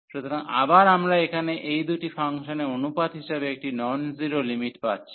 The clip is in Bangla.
সুতরাং আবার আমরা এখানে এই দুটি ফাংশনের অনুপাত হিসাবে একটি নন জিরো লিমিট পাচ্ছি